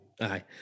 Aye